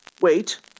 Wait